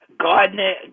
Gardner